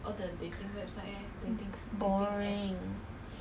是我要做什么就做什么